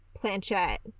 planchette